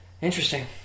Interesting